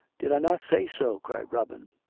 did i not say so? cried robin.